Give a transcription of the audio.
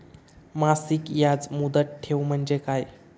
मासिक याज मुदत ठेव म्हणजे काय?